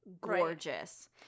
Gorgeous